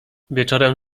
wieczorem